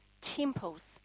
temples